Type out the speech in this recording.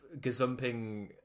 gazumping